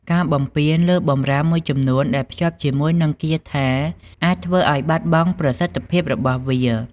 ការបំពានលើបម្រាមមួយចំនួនដែលភ្ជាប់ជាមួយនឹងគាថាអាចធ្វើឱ្យបាត់បង់ប្រសិទ្ធភាពរបស់វា។